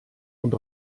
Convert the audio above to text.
und